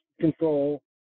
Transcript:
control